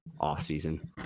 offseason